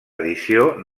edició